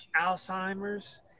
Alzheimer's